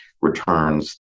returns